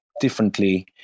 differently